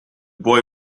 boy